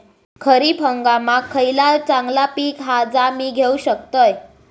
खरीप हंगामाक खयला चांगला पीक हा जा मी घेऊ शकतय?